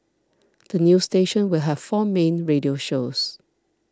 the new station will have four main radio shows